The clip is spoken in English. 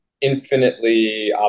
infinitely